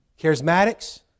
Charismatics